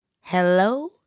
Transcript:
Hello